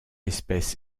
espèce